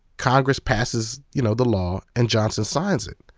congress passes you know the law, and johnson signs it.